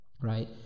right